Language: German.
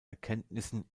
erkenntnissen